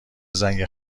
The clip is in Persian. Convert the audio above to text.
زنگ